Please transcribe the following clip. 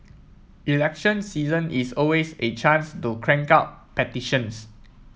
election season is always a chance to crank out petitions